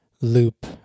loop